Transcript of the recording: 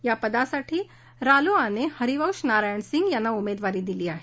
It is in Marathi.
या पदासाठी रालोआचे हरिवंश नारायण सिंग त्यांना उमेदवारी दिली आहे